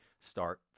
start